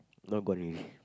now gone already